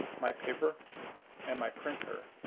my paper and my printer.